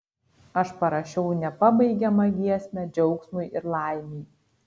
aš parašiau nepabaigiamą giesmę džiaugsmui ir laimei